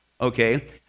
okay